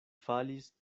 falis